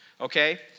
okay